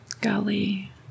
Golly